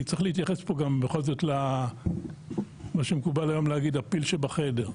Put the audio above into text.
כי צריך להתייחס פה בכל זאת למה שמקובל היום להגיד הפיל שבחדר.